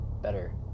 better